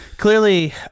Clearly